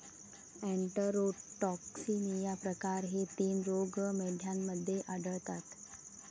enterotoxaemia प्रकार हे तीन रोग मेंढ्यांमध्ये आढळतात